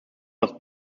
was